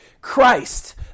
Christ